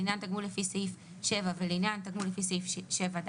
לעניין תגמול לפי סעיף 7 ולעניין תגמול לפי סעיף 7ד